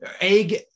egg